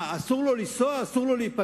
מה, אסור לו לנסוע, אסור לו להיפגש?